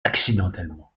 accidentellement